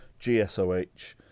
gsoh